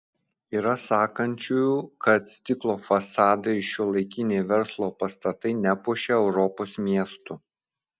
yra sakančiųjų kad stiklo fasadai ir šiuolaikiniai verslo pastatai nepuošia europos miestų